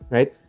Right